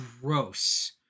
gross